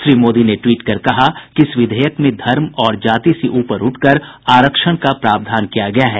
श्री मोदी ने ट्वीट कर कहा कि इस विधेयक में धर्म और जाति से ऊपर उठकर आरक्षण का प्रावधान किया गया है